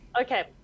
Okay